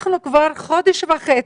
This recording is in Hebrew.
אנחנו כבר חודש וחצי,